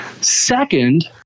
Second